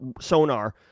sonar